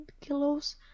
kilos